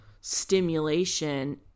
stimulation